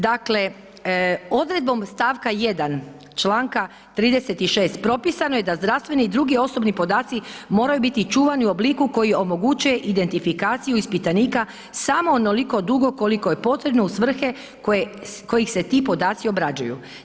Dakle, odredbom stavka 1. članka 36. propisano je da zdravstveni i drugi osobni podaci moraju biti čuvani u obliku koji omogućuje identifikaciju ispitanika samo onoliko dugo koliko je potrebno u svrhe koje, kojih se ti podaci obrađuju.